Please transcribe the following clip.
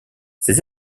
ces